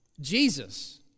Jesus